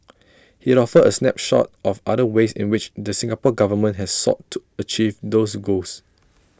he offered A snapshot of other ways in which the Singapore Government has sought to achieve those goals